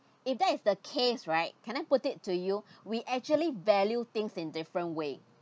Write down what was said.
if that is the case right can I put it to you we actually value things in different way